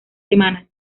semana